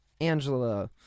Angela